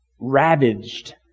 ravaged